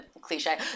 cliche